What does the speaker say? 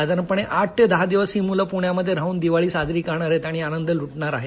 साधारणपणे ही आठ ते दहा दिवस ही मुलं पृण्यामध्ये राहून दिवाळी साजरी करणार आहेत आनंद लुटणार आहेत